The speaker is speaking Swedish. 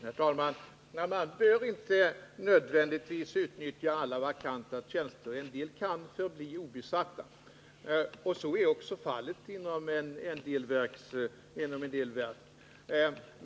Herr talman! Man behöver inte nödvändigtvis utnyttja alla vakanta tjänster, utan vissa kan förbli obesatta. Så är också fallet inom en del verk.